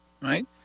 Right